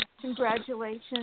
congratulations